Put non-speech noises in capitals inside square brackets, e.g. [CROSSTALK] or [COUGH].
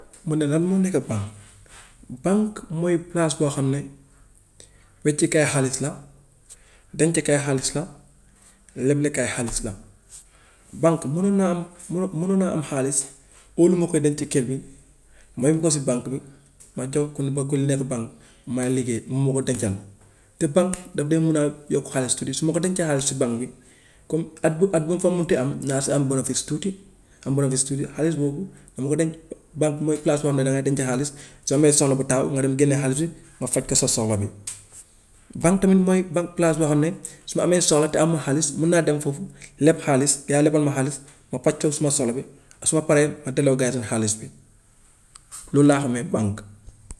Mu ne lan moo nekka banque, banque mooy palaas boo xam ne weccekaay xaalis la, dencekaay xaalis la, leblekaay xaalis la. Banque munoon naa am munoo munoon naa am xaalis óoluwma koo denc ci kër bi ma yóbbu ko si banque bi ma jox ko ku lu ne si banque may liggéey mun ma ko dencal. Te banque daf dee mën a yokk xaalis tuuti, su ma ko dencee xaalis si banque bi comme at ba at ba mu fa mun ti am naa si am bonofiis tuuti, am bonofiis tuuti xaalis boobu dama ko denc. Banque mooy palaas boo xam ne dangay denc xaalis, soo amee soxla bu taxaw nga dem génnee xaalis bi nga faj ko sa soxla bi. [NOISE] Banque tamit mooy banque palaas boo xam ne su ma amee soxla te amoo xaalis mun naa dem foofu leb xaalis, gaa yi lebal ma xaalis ma faj ko suma soxla bi, su ma paree ma delloo gaa yi seen xaalis bi, [NOISE] loolu laa xamee banque.